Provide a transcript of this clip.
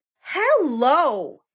Hello